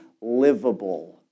livable